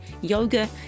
yoga